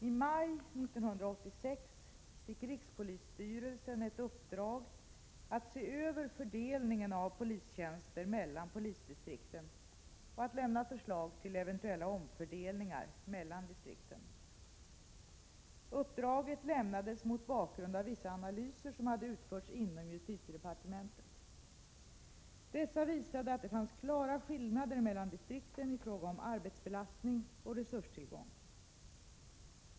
I maj 1986 fick rikspolisstyrelsen uppdrag att se över fördelningen av polistjänster mellan polisdistrikten och att lämna förslag till eventuella omfördelningar mellan distrikten. Uppdraget lämnades mot bakgrund av vissa analyser som hade utförts inom justitiedepartementet. Dessa visade att det fanns klara skillnader mellan distrikten i fråga om arbetsbelastning och resurstillgång.